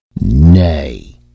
Nay